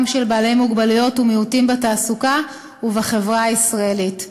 של בעלי מוגבלויות ומיעוטים בתעסוקה ובחברה הישראלית.